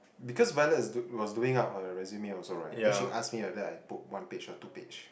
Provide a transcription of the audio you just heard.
because Violet is do was doing up her resume also right then she ask me whether I put one page or two page